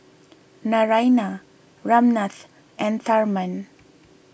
Naraina Ramnath and Tharman